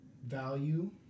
Value